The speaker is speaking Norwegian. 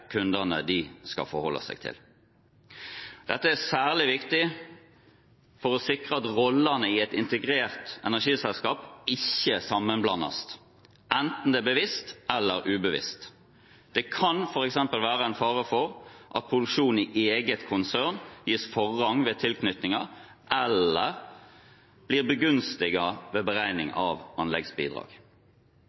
kundene de skal forholde seg til. Dette er særlig viktig for å sikre at rollene i et integrert energiselskap ikke sammenblandes, enten det er bevisst eller ubevisst. Det kan f.eks. være en fare for at produksjonen i eget konsern gis forrang ved tilknytninger eller blir begunstiget ved beregning av anleggsbidrag.